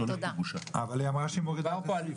אבל היא אמרה שהיא מורידה אותו.